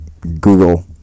Google